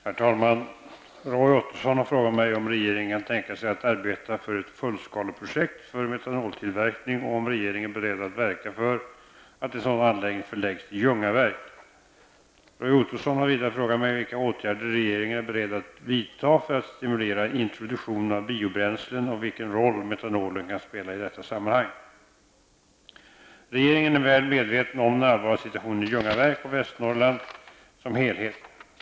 Herr talman! Roy Ottosson har frågat mig om regeringen kan tänka sig att arbeta för ett fullskaleprojekt för metanoltillverkning och om regeringen är beredd att verka för att en sådan anläggning förläggs till Ljungaverk. Roy Ottosson har vidare frågat mig vilka åtgärder regeringen är beredd att vidta för att stimulera introduktionen av biobränslen och vilken roll metanolen kan spela i detta sammanhang. Regeringen är väl medveten om den allvarliga situationen i Ljungaverk och Västernorrland som helhet.